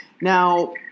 now